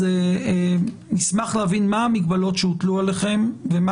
אז נשמח להבין מה המגבלות שהוטלו עליכם ומה